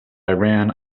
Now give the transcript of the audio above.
iran